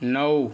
नऊ